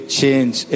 change